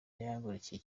yahagurukiye